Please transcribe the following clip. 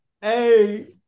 Hey